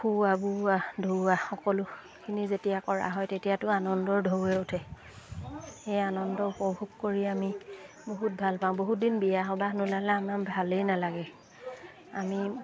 খুওৱা বোওৱা ধুওৱা সকলোখিনি যেতিয়া কৰা হয় তেতিয়াতো আনন্দৰ ঢৌৱে উঠে সেই আনন্দ উপভোগ কৰি আমি বহুত ভাল পাওঁ বহুত দিন বিয়া সবাহ নুনালে আমাৰ ভালেই নালাগে আমি